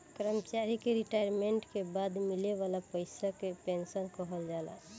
कर्मचारी के रिटायरमेंट के बाद मिले वाला पइसा के पेंशन कहल जाला